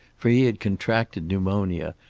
for he had contracted pneumonia,